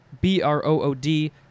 B-R-O-O-D